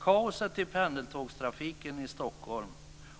Kaoset i pendeltågstrafiken i Stockholm